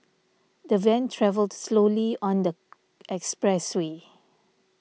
the van travelled slowly on the expressway